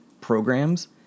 programs